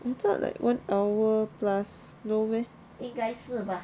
你知道 like one hour plus no meh